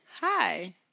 Hi